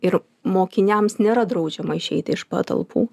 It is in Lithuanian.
ir mokiniams nėra draudžiama išeiti iš patalpų